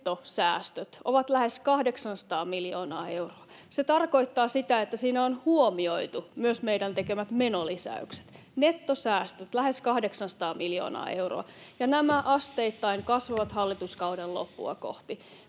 nettosäästöt ovat lähes 800 miljoonaa euroa. Se tarkoittaa, että siinä on huomioitu myös meidän tekemät menolisäykset. Nettosäästöt lähes 800 miljoonaa euroa, ja nämä asteittain kasvavat hallituskauden loppua kohti.